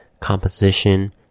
Composition